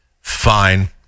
fine